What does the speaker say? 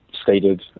stated